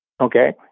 Okay